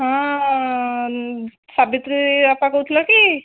ହଁ ସାବିତ୍ରୀ ଅପା କହୁଥିଲ କି